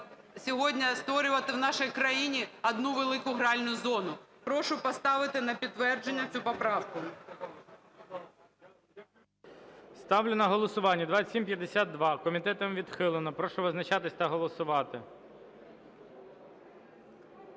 сьогодні створювати в нашій країні одну велику гральну зону. Прошу поставити на підтвердження цю поправку. ГОЛОВУЮЧИЙ. Ставлю на голосування 2752. Комітетом відхилено. Прошу визначатись та голосувати.